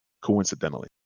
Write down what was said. coincidentally